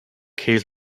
case